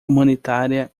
humanitária